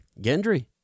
Gendry